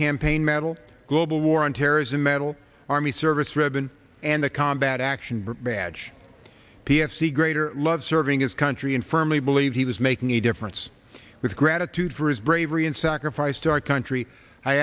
campaign medal global war on terrorism medal army service ribbon and the combat action badge p f c greater love serving his country and firmly believe he was making a difference with gratitude for his bravery and sacrifice to our country i